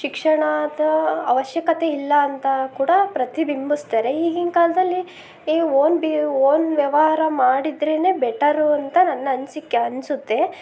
ಶಿಕ್ಷಣದ ಅವಶ್ಯಕತೆ ಇಲ್ಲ ಅಂತ ಕೂಡ ಪ್ರತಿಬಿಂಬಿಸ್ತಾರೆ ಈಗಿನ ಕಾಲದಲ್ಲಿ ಈ ಓನ್ ಬಿ ಓನ್ ವ್ಯವಹಾರ ಮಾಡಿದ್ರೆ ಬೆಟರು ಅಂತ ನನ್ನ ಅನಿಸಿಕೆ ಅನ್ನಿಸುತ್ತೆ